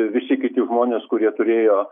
visi kiti žmonės kurie turėjo